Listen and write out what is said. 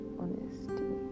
honesty